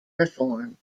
reform